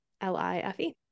L-I-F-E